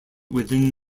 within